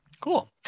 cool